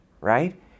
right